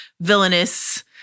villainous